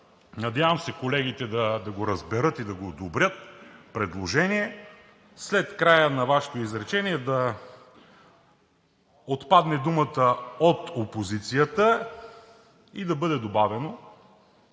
надявам се колегите да го разберат и да го одобрят, предложение: след края на Вашето изречение да отпадне думата „от опозицията“ и да бъде добавено